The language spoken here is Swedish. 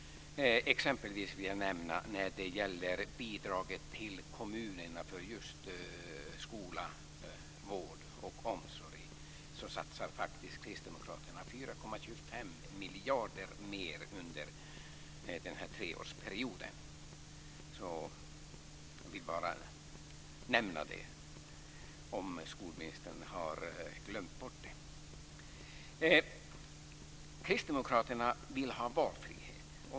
Exempelvis vill jag nämna att när det gäller bidraget till kommunerna för just skola, vård och omsorg satsar faktiskt Kristdemokraterna 4,25 miljarder mer än regeringen under den här treårsperioden. Jag vill bara nämna det om skolministern har glömt bort det. Kristdemokraterna vill ha valfrihet.